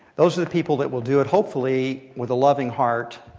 those are the people that will do it, hopefully, with a loving heart,